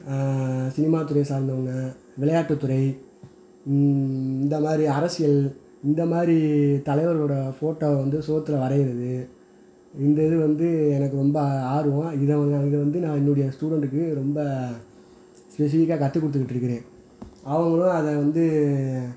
ஆ cinema துறை சார்ந்தவங்கள் விளையாட்டு துறை இந்த மாதிரி அரசியல் இந்த மாதிரி தலைவர்களோடய ஃபோட்டோ வந்து சுவற்றுல வரைகிறது இந்த இது வந்து எனக்கு ரொம்ப ஆ ஆர்வம் இதை இதை வந்து நான் என்னுடைய ஸ்டூடெண்டுக்கு ரொம்ப ஸ்பெசிபிக்காக கற்று கொடுத்துகிட்டு இருக்கிறேன் அவர்களும் அதை வந்து